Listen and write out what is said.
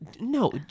no